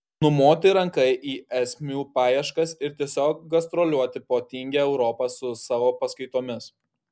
numoti ranka į esmių paieškas ir tiesiog gastroliuoti po tingią europą su savo paskaitomis